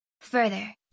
Further